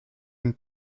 une